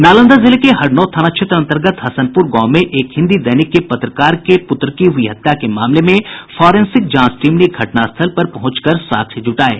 नालंदा जिले के हरनौत थाना क्षेत्र अंतर्गत हसनपुर गांव में एक हिन्दी दैनिक के पत्रकार के पुत्र की हुई हत्या के मामले में फोरेंसिंक जांच टीम ने घटनास्थल पर पहुंचकर साक्ष्य जुटाये